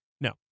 No